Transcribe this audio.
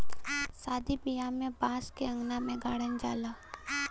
सादी बियाह में बांस के अंगना में गाड़ल जाला